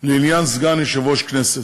לעניין סגן יושב-ראש הכנסת.